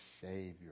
Savior